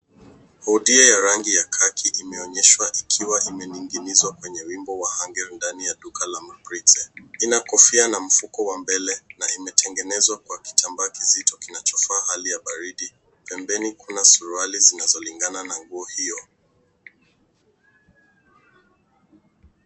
Hudia ya rangi ya kaki imeonyeshwa ikiwa imeingizwa kwenye wimbo wa hangei ndani ya duka la maprize. Ina kofia na mfuko wa mbele na imetengenezwa kwa kitambaa kizito kinachofaa hali ya baridi. Pembeni kuna suruali zinazolingana na nguo hiyo.